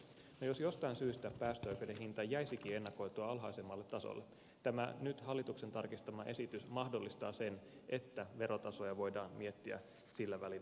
no jos jostain syystä päästöoikeuden hinta jäisikin ennakoitua alhaisemmalle tasolle tämä nyt hallituksen tarkistama esitys mahdollistaa sen että verotasoja voidaan miettiä sillä välin uudelleen